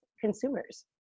consumers